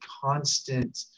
constant